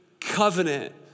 covenant